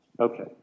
Okay